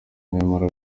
nyamara